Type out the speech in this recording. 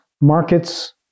markets